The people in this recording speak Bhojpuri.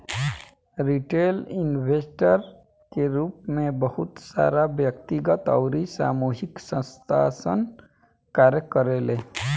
रिटेल इन्वेस्टर के रूप में बहुत सारा व्यक्तिगत अउरी सामूहिक संस्थासन कार्य करेले